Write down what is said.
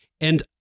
And-